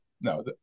no